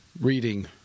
reading